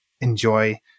enjoy